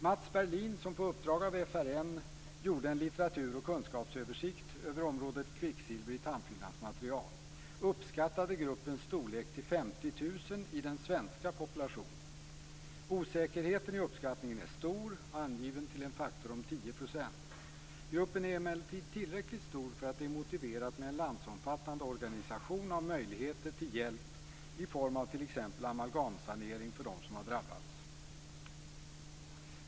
Maths Berlin, som på uppdrag av FRN gjorde en litteratur och kunskapsöversikt över området Kvicksilver i tandfyllnadsmatieral, uppskattade gruppens storlek till 50 000 i den svenska populationen. Osäkerheten i uppskattningen är stor, angiven till en faktor om 10 %. Gruppen är emellertid tillräckligt stor för att det är motiverat med en landsomfattande organisation av möjligheter till hjälp, i form av t.ex. amalgamsanering för dem som har drabbats.